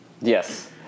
Yes